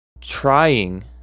trying